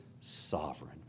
sovereign